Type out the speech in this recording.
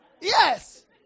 Yes